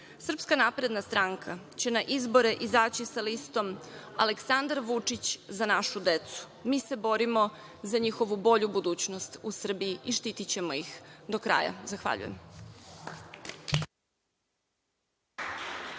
Srpska napredna stranka će na izbore izaći sa listom Aleksandar Vučić – za našu decu. Mi se borimo za njihovu bolju budućnost u Srbiji i štiti ćemo ih do kraja. Zahvaljujem.(Aleksandar